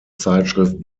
zeitschrift